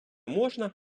можна